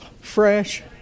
fresh